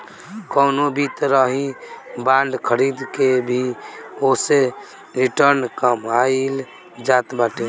कवनो भी तरही बांड खरीद के भी ओसे रिटर्न कमाईल जात बाटे